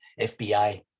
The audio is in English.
FBI